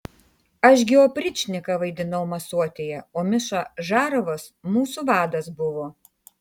aš gi opričniką vaidinau masuotėje o miša žarovas mūsų vadas buvo